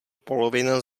polovina